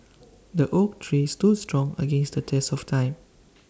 the oak tree stood strong against the test of time